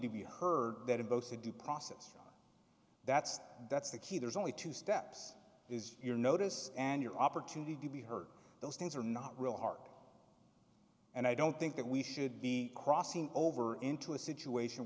to be heard that in both the due process that's that's the key there's only two steps is your notice and your opportunity to be heard those things are not real hard and i don't think that we should be crossing over into a situation